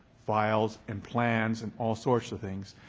files and plans and all sorts of things.